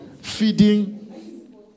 feeding